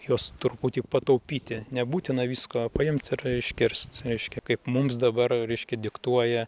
juos truputį pataupyti nebūtina visko paimt ir iškirst reiškia kaip mums dabar reiškia diktuoja